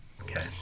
Okay